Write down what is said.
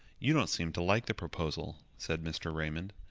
you don't seem to like the proposal, said mr. raymond.